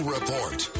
Report